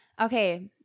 Okay